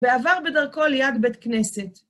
ועבר בדרכו ליד בית כנסת.